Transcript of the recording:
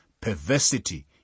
Perversity